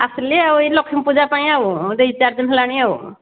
ଆସିଲି ଆଉ ଏଇ ଲକ୍ଷ୍ମୀପୂଜା ପାଇଁ ଆଉ ଦୁଇ ଚାରିଦିନ ହେଲାଣି ଆଉ